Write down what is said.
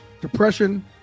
Depression